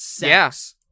yes